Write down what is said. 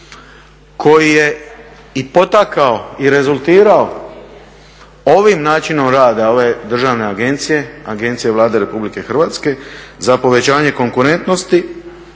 koji je i potakao i rezultirao ovim načinom rada ove Državne agencije, Agencije Vlade RH za povećanje konkurentnosti,